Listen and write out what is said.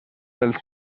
dels